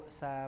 sa